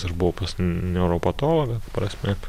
aš buvau pas neuropatologą ta prasme